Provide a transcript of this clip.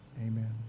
Amen